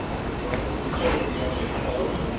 to promise to go beyond the stars?